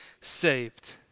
saved